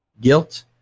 guilt